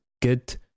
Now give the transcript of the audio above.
good